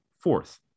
fourth